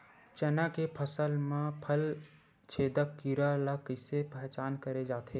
चना के फसल म फल छेदक कीरा ल कइसे पहचान करे जाथे?